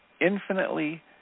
infinitely